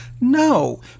No